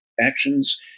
Actions